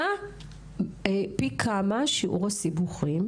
פי כמה שיעור הסיבוכים